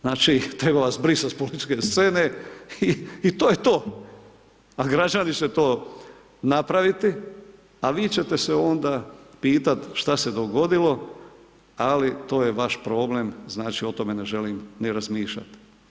Znači, treba vas brisati s političke scene, i to je to, a građani će to napraviti, a vi će te se onda pitat' šta se dogodilo, ali to je vaš problem, znači, o tome ne želim ni razmišljati.